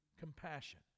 compassion